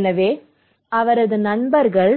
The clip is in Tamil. எனவே அவரது நண்பர்கள்